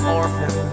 orphan